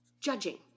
judging